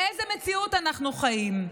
באיזו מציאות אנחנו חיים?